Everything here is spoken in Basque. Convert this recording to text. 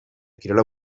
kirola